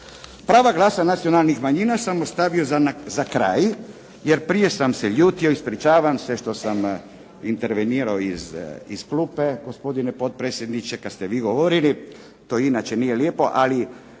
Pravo glasa nacionalnih manjina sam ostavio za kraj. Jer prije sam se ljutio, ispričavam se što sam intervenirao iz klupe gospodine potpredsjedniče, kada ste vi govorili to inače nije lijepo ali